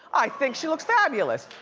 i think she looks fabulous.